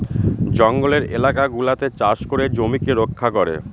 জঙ্গলের এলাকা গুলাতে চাষ করে জমিকে রক্ষা করে